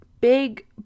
big